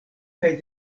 kaj